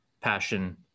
passion